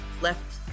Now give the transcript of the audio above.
left